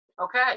Okay